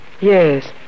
Yes